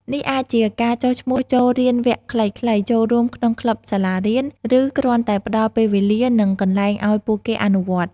នេះអាចជាការចុះឈ្មោះចូលរៀនវគ្គខ្លីៗ ចូលរួមក្នុងក្លឹបសាលារៀន ឬគ្រាន់តែផ្តល់ពេលវេលា និងកន្លែងឲ្យពួកគេអនុវត្តន៍។